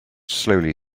slowly